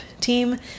team